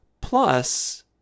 Plus